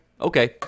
Okay